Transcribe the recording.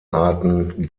arten